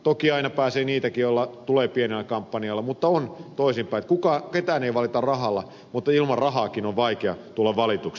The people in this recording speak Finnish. toki aina pääsee niitäkin jotka tulevat pienellä kampanjalla mutta on myös toisinpäin että ketään ei valita rahalla mutta ilman rahaakin on vaikea tulla valituksi